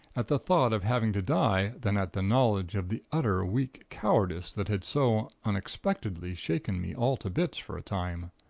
at the thought of having to die, than at the knowledge of the utter weak cowardice that had so unexpectedly shaken me all to bits, for a time.